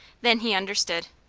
then he understood.